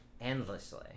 endlessly